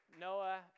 Noah